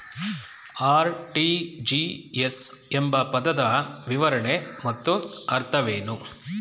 RTGS ಎಂಬ ಪದದ ವಿವರಣೆ ಮತ್ತು ಅರ್ಥವೇನು?